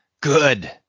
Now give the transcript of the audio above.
Good